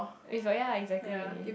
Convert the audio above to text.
is like ya exactly